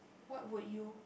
what would you